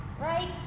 right